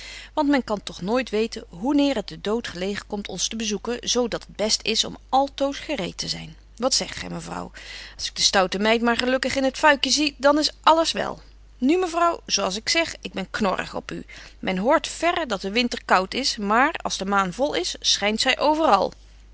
want men kan toch nooit weten hoeneer het de dood gelegen komt ons te bezoeken zo dat het best is om altoos gereet te zyn wat zegt gy mevrouw als ik de stoute meid maar gelukkig in het fuikje betje wolff en aagje deken historie van mejuffrouw sara burgerhart zie dan is alles wel nu mevrouw zo als ik zeg ik ben knorrig op u men hoort verre dat de winter kout is maar als de maan vol is schynt zy overal